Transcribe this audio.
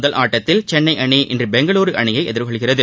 முதல் ஆட்டத்தில் சென்னை அணி பெங்களூரு அணியை எதிர்கொள்கிறது